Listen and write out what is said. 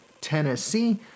Tennessee